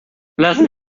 lassen